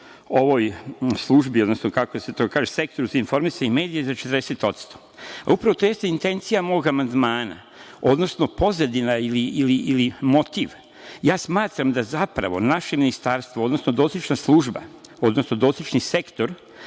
ovoj službi, odnosno kako se to kaže sektoru za informisanje i medije za 60%. Upravo to jeste intencija mog amandmana, odnosno pozadina ili motiv. Ja smatram da zapravo naše Ministarstvo, odnosno dotična služba, odnosno dotični sektor